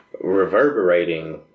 reverberating